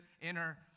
inner